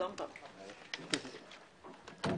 שלום לכולם.